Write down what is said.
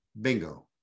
bingo